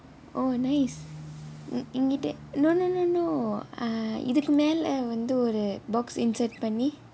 oh nice immediate no no no no uh இதற்கு மேலே வந்து ஒரு:itharkku melae vanthu oru box insert பண்ணி:panni